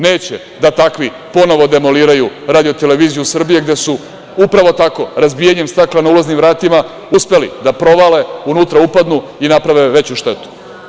Neće da takvi ponovo demoliraju RTS, gde su upravo tako, razbijanjem stakla na ulaznim vratima, uspeli da provale, unutra upadnu i naprave veću štetu.